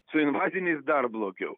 su invaziniais dar blogiau